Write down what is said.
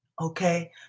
Okay